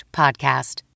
podcast